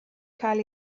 cael